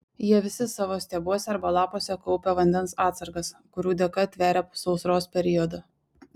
jie visi savo stiebuose arba lapuose kaupia vandens atsargas kurių dėka tveria sausros periodą